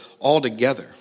altogether